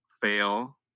fail